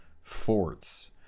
forts